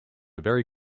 very